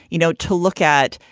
you know, to look at,